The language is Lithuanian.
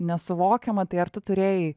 nesuvokiama tai ar tu turėjai